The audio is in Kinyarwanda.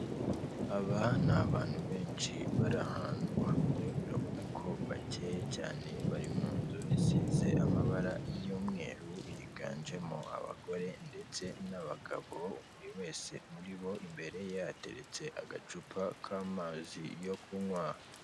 Aba ni abantu benshi bari ahantu hamwe, urabona ko bakeye cyane, bari mu nzu isize amabara y'umweru, higanjemo abagore ndetse n'abagabo, buri wese muri bo imbere ye hateretse agacupa k'amazi yo kunywa.